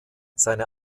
seine